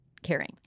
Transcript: caring